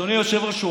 אדוני היושב-ראש,